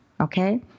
Okay